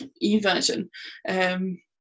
e-version